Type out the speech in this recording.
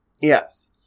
Yes